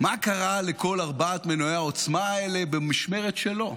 מה קרה לכל ארבעת מנועי העוצמה האלה במשמרת שלו,